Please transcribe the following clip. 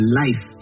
life